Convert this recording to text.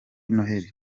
noheli